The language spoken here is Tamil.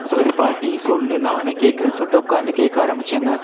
சரி பாட்டி சொல்லு நானே கேட்குறேன்னு சொல்லிட்டு உட்காந்து கேட்க ஆரமிச்சேங்க